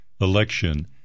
election